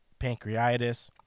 pancreatitis